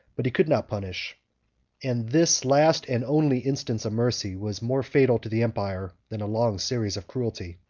but he could not punish and this last and only instance of mercy was more fatal to the empire than a long series of cruelty.